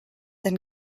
than